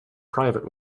private